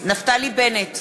נפתלי בנט,